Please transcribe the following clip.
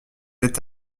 est